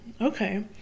Okay